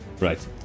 Right